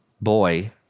boy